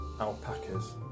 alpacas